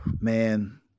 Man